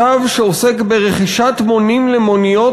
צו שעוסק ברכישת מונים למוניות,